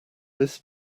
this